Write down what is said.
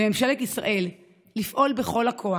לממשלת ישראל, לפעול בכל הכוח.